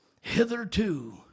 Hitherto